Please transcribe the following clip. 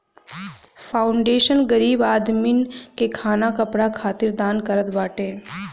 foundation गरीब आदमीन के खाना कपड़ा खातिर दान करत बाटे